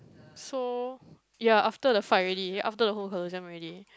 so ya after the fight already after the whole Colosseum already